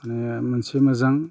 मोनसे मोजां